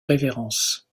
révérence